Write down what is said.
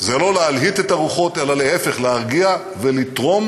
לא להלהיט את הרוחות, אלא להפך, להרגיע, ולתרום